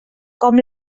com